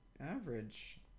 average